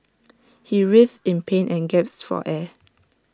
he writhed in pain and gasped for air